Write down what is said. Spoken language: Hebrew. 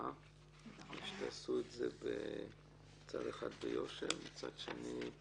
בהצלחה ושתעשו את זה ביושר ועם לב פתוח.